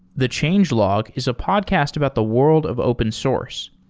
the changelog is a podcast about the world of open source.